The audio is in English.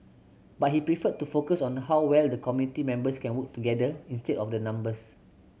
but he preferred to focus on how well the committee members can work together instead of the numbers